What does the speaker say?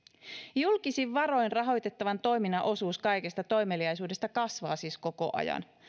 julkisin varoin rahoitettavan toiminnan osuus kaikesta toimeliaisuudesta kasvaa siis koko ajan